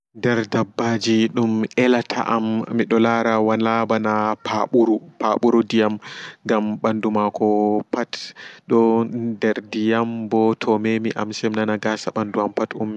Nder daɓɓaji dum elata am mido lara wala ɓana paɓuru paɓuru diyam gam ɓandumakoo pat do nder diyam ɓo tomemiyam seminana gasa ɓandu am pat ummi.